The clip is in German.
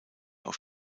auf